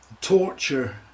Torture